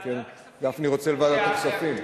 אלא אם כן גפני רוצה לוועדת הכספים.